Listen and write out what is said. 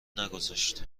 نگذاشت